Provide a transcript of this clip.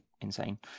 insane